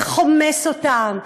וחומס אותם,